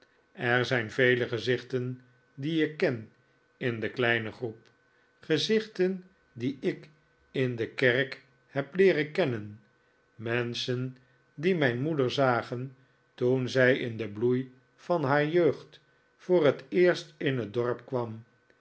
er zijn vele gezichten die ik ken in de kleine groep gezichten die ik in de kerk heb leeren kennen menschen die mijn moeder zagen toen zij in den bloei van haar jeugd voor het eerst in het dorp kwam